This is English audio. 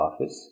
office